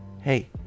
hey